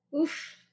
Oof